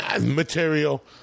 material